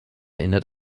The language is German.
erinnert